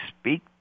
speak